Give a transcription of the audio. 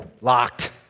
locked